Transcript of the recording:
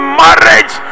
marriage